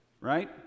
right